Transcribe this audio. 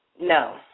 No